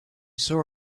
saw